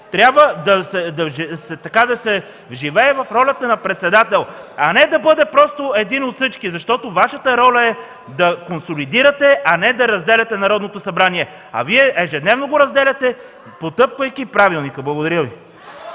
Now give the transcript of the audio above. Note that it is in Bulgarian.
трябва да се вживее в ролята на председател, а не да бъде просто един от всички. Защото Вашата роля е да консолидирате, а не да разделяте Народното събрание. Вие ежедневно го разделяте, потъпквайки правилника. Благодаря Ви.